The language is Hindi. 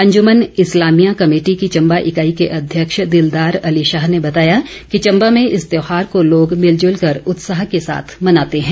अंजुमन ईस्लामिया कमेटी की चम्बा इकाई के अध्यक्ष दिलदार अली शाह ने बताया कि चम्बा में इस त्यौहार को लोग मिलजुल कर उत्साह के साथ मनाते हैं